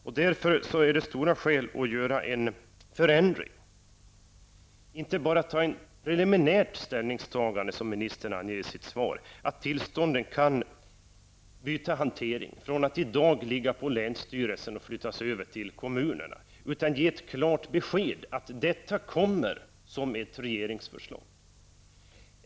Det finns därför starka skäl att göra en förändring -- och inte bara ta ett preliminärt ställningstagande som ministern anger i sitt svar -- och låta hanteringen av tillstånden flytta över från länsstyrelsen, där de ligger i dag, till kommunerna, och ge ett klart besked om att detta kommer som ett regeringsförslag.